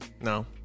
No